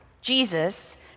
Jesus